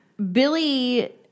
Billy